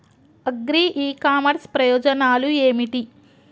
Agri e commerce ప్రయోజనాలు ఏమిటి?